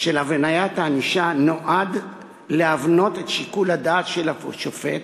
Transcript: של הבניית הענישה נועד להבנות את שיקול הדעת של השופט